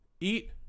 Eat